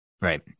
Right